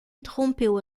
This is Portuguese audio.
interrompeu